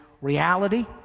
reality